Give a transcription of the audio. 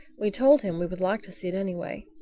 we told him we would like to see it anyway.